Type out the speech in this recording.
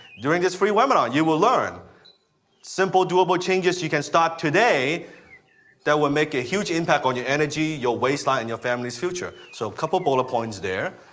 during this free webinar you will learn simple, doable changes you can start today that will make a huge impact on your energy, your waistline and your family's future. so, a couple bullet points there,